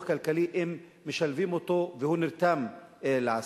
כלכלי אם משלבים אותו והוא נרתם לעשייה.